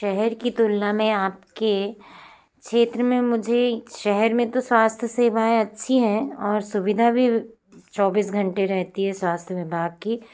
शहर की तुलना में आपके क्षेत्र में मुझे शहर में तो स्वास्थ्य सेवाएँ अच्छी हैं और सुविधा भी चौबीस घंटे रहती हैं स्वास्थ्य विभाग की